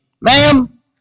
ma'am